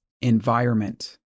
Environment